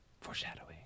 Foreshadowing